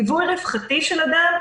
ליווי רווחתי של אדם,